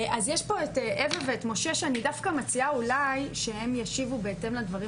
יש פה את אווה ומשה שאני דווקא מציעה אולי שהם ישיבו בהתאם לדברים